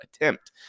attempt